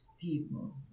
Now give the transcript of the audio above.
people